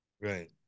right